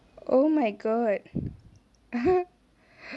oh my god